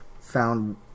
found